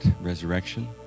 Resurrection